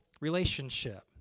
relationship